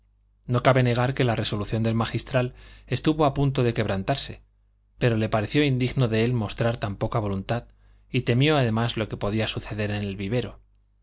no cabe negar que la resolución del magistral estuvo a punto de quebrantarse pero le pareció indigno de él mostrar tan poca voluntad y temió además lo que podía suceder en el vivero